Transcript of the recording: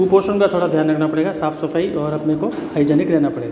कुपोषण का थोड़ा ध्यान रखना पड़ेगा साफ़ सफाई और अपने को हाइजीनिक रहना पड़ेगा